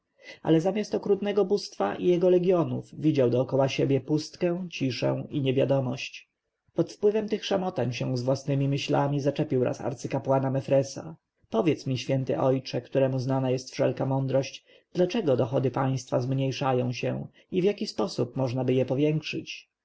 ale zamiast okrutnego bóstwa i jego legjonów widział dokoła siebie pustkę ciszę i niewiadomość pod wpływem tych szamotań się z własnemi myślami zaczepił raz arcykapłana mefresa powiedz mi święty ojcze któremu znana jest wszelka mądrość dlaczego dochody państwa zmniejszają się i w jaki sposób możnaby je powiększyć